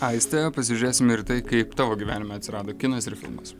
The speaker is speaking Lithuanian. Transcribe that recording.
aiste pasižiūrėsime ir tai kaip tavo gyvenime atsirado kinas ir filmas